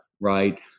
right